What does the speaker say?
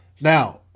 Now